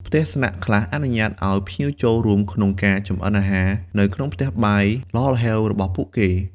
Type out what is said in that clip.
ផ្ទះស្នាក់ខ្លះអនុញ្ញាតឱ្យភ្ញៀវចូលរួមក្នុងការ ចម្អិនអាហារ នៅក្នុងផ្ទះបាយល្ហល្ហេវរបស់ពួកគេ។